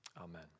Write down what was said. Amen